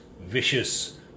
vicious